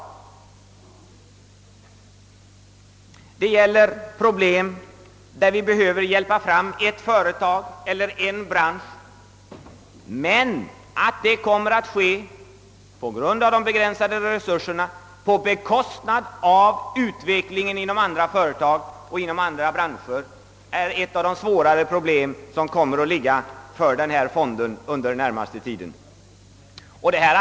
Problem kommer att uppstå då vi behöver hjälpa fram ett företag eller en bransch; det måste, på grund av de begränsade resurserna, ske på bekostnad av utvecklingen inom andra företag och branscher. Detta är ett av de svårare problem som under den närmaste liden kommer att uppstå.